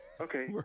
Okay